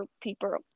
people